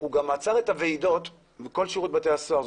והוא גם עצר את הוועידות בכל שירות בתי הסוהר.